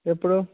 ఎప్పుడు